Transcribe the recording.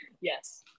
Yes